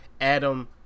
Adam